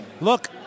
look